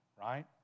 right